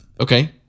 Okay